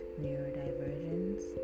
neurodivergence